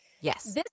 Yes